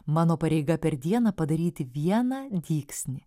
mano pareiga per dieną padaryti vieną dygsnį